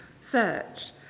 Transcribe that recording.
search